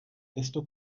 desto